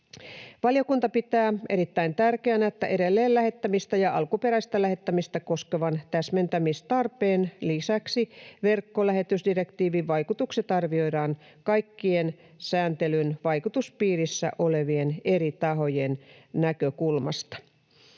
Valiokunta pitää erittäin tärkeänä, että edelleen lähettämistä ja alkuperäistä lähettämistä koskevan täsmentämistarpeen lisäksi verkkolähetysdirektiivin vaikutukset arvioidaan kaikkien sääntelyn vaikutuspiirissä olevien eri tahojen näkökulmasta.